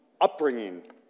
upbringing